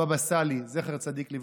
הבאבא סאלי, זכר צדיק לברכה.